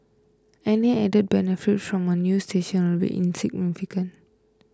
any added benefit from a new station will be insignificant